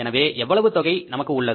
எனவே எவ்வளவு தொகை நமக்கு உள்ளது